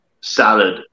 salad